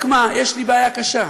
רק מה, יש לי בעיה קשה: